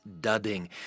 Dudding